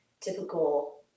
typical